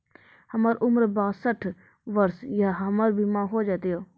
हमर उम्र बासठ वर्ष या हमर बीमा हो जाता यो?